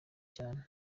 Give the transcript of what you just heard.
cyane